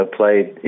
played